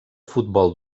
futbol